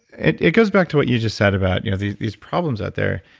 it it goes back to what you just said about you know these these problems out there.